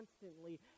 constantly